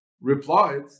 replied